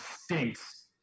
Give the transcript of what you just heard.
stinks